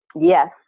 Yes